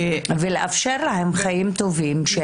ולאפשר להם חיים טובים.